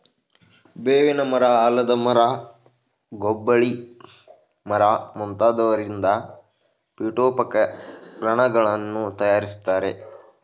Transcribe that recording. ಬೇವಿನ ಮರ, ಆಲದ ಮರ, ಗೊಬ್ಬಳಿ ಮರ ಮುಂತಾದವರಿಂದ ಪೀಠೋಪಕರಣಗಳನ್ನು ತಯಾರಿಸ್ತರೆ